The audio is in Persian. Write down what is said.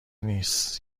نیس